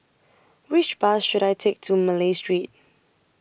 Which Bus should I Take to Malay Street